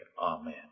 Amen